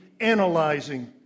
analyzing